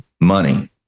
money